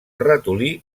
ratolí